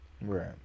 Right